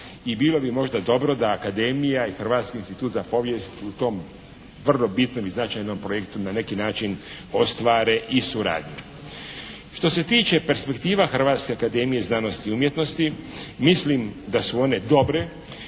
i bilo bi možda dobro da Akademija i Hrvatski institut za povijest u tom vrlo bitnom i značajnom projektu na neki način ostvare i suradnju. Što se tiče perspektiva Hrvatske akademije znanosti i umjetnosti mislim da su one dobre.